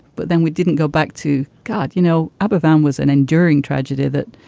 but then we didn't go back to god. you know, aberfan was an enduring tragedy that,